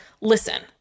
listen